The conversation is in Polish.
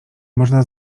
można